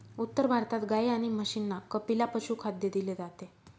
उत्तर भारतात गाई आणि म्हशींना कपिला पशुखाद्य दिले जाते